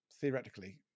theoretically